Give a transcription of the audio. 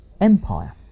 empire